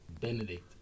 Benedict